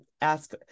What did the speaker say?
ask